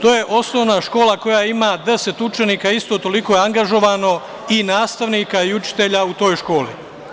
To je osnovna škola koja ima 10 učenika, a isto toliko je angažovano i nastavnika i učitelja u toj školi.